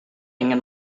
ingin